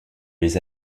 les